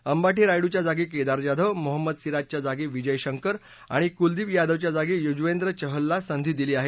अंबाठी रायडूच्या जागी केदार जाधव मोहम्मद सिराजच्या जागी विजय शंकर आणि कुलदीप यादवच्या जागी युजवेंद्र चहलला संधी दिली आहे